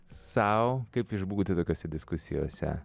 sau kaip išbūti tokiose diskusijose